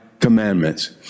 commandments